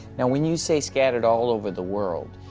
now when you say scattered all over the world,